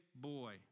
boy